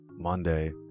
Monday